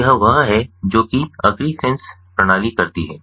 तो यह वह है जो कि "अग्रिसेन्स" प्रणाली करती है